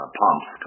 pumps